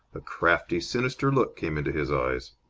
a crafty, sinister look came into his eyes.